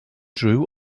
drew